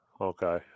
Okay